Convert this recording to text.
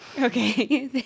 Okay